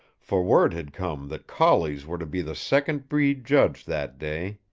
for word had come that collies were to be the second breed judged that day.